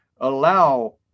allow